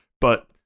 But-